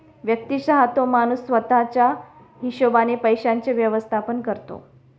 व्यक्तिशः तो माणूस स्वतः च्या हिशोबाने पैशांचे व्यवस्थापन करतो